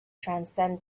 transcend